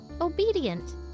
obedient